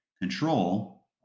Control